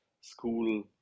school